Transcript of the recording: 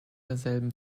derselben